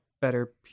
better